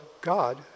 God